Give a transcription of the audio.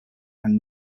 and